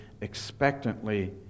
expectantly